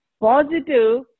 positive